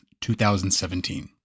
2017